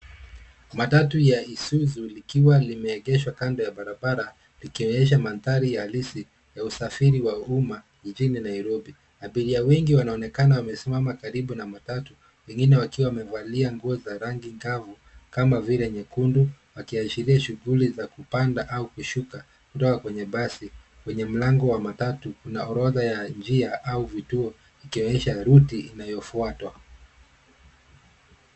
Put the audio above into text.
Matatu ya Isuzu likiwa limeegeshwa kando ya barabara likionyesha mandhari ya halisi ya usafiri wa umma mjini Nairobi. Abiria wengi wanaonekana wamesimama karibu na matatu wengine wakiwa wamevalia nguo za rangi kavu kama vile nyekundu wakiashiria shughuli za kupanda au kushuka kutoka kwenye basi. Kwenye mlango wa matatu kuna orodha ya njia au vituo ikionyesha ruti inayofuatwa.